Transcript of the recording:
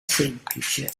semplice